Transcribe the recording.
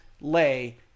lay